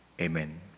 Amen